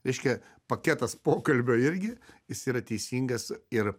reiškia paketas pokalbio irgi jis yra teisingas ir